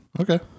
Okay